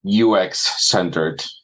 UX-centered